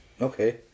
Okay